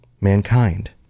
mankind